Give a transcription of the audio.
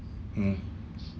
mm